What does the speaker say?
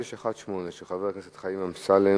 פנה אלי חקלאי מתל-עדשים והעיד על אוזלת-היד והטיפול המזלזל,